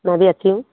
मैं भी अच्छी हूँ